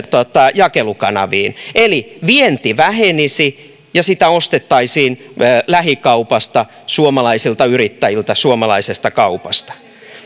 jakelukanaviin eli vienti vähenisi ja sitä ostettaisiin lähikaupasta suomalaisilta yrittäjiltä suomalaisesta kaupasta